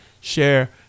share